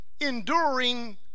enduring